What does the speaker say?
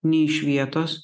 nei iš vietos